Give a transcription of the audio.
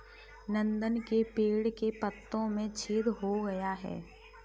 नंदन के पेड़ के पत्तों में छेद हो गया है